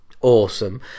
awesome